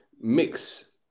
Mix